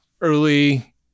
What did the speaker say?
early